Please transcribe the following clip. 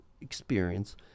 experience